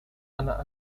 anak